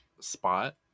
spot